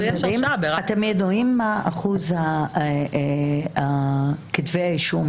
אתם יודעים מה אחוז כתבי האישום